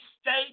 state